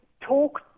talk